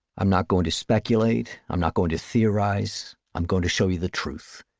i'm not going to speculate, i'm not going to theorise, i'm going to show you the truth.